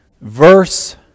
Verse